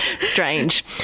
strange